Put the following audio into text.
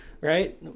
Right